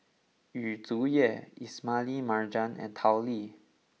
Yu Zhuye Ismail Marjan and Tao Li